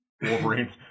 Wolverine